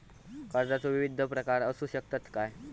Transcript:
कर्जाचो विविध प्रकार असु शकतत काय?